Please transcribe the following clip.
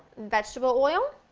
vegetable oil,